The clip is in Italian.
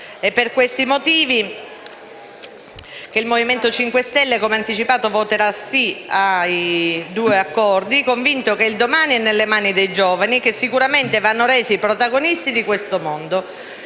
Per questi motivi, il Movimento 5 Stelle, come anticipato all'inizio, voterà sì ai due Accordi, convinto che il domani è nelle mani dei giovani, che sicuramente vanno resi protagonisti di questo mondo.